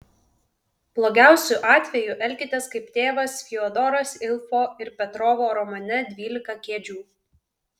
blogiausiu atveju elkitės kaip tėvas fiodoras ilfo ir petrovo romane dvylika kėdžių